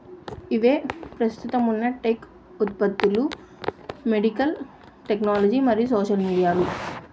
ఇవే ప్రస్తుతం ఉన్న టెక్ ఉత్పత్తులు మెడికల్ టెక్నాలజీ మరియు సోషల్ మీడియాలు